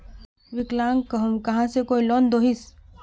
विकलांग कहुम यहाँ से कोई लोन दोहिस?